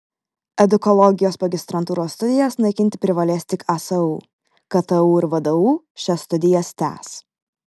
edukologijos magistrantūros studijas naikinti privalės tik asu ktu ir vdu šias studijas tęs